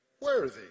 worthy